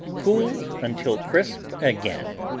cool until crisp again.